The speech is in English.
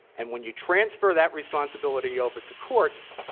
and when you transfer that responsibility over to courts,